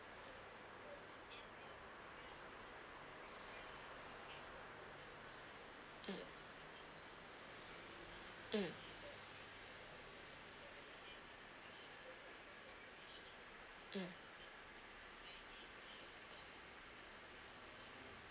mm mm mm